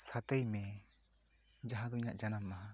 ᱥᱟᱛᱮᱭ ᱢᱮ ᱡᱟᱦᱟᱸ ᱫᱚ ᱤᱧᱟ ᱜ ᱡᱟᱱᱟᱢ ᱢᱟᱦᱟ